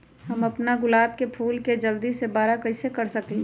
हम अपना गुलाब के फूल के जल्दी से बारा कईसे कर सकिंले?